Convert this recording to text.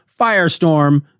Firestorm